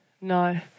no